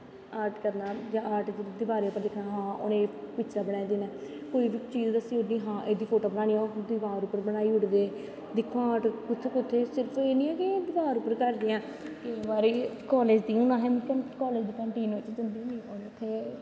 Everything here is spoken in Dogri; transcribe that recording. आर्ट करनां जां आर्ट गी दवारे पर दिक्खनां हां उनैं एह् पिक्चर बनाए दे नै कोई बी फोटो दस्सी ओड़नीं एह् चीज़ बनानी ऐ दिवार उप्पर बनाई ओड़दे दिखों हा आर्ट कुत्थें कुत्थें ओएह् नी ऐ कि दिवार पर करनी ऐं हून अस कालेज़ दा कैंटीन च जंदे नी उत्थें